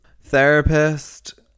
Therapist